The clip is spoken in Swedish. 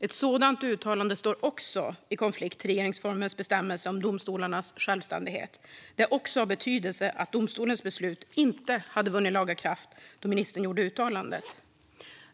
Ett sådant uttalande står också i konflikt med regeringsformens bestämmelse om domstolarnas självständighet. Det är också av betydelse att domstolens beslut inte hade vunnit laga kraft då ministern gjorde uttalandet.